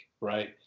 right